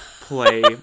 play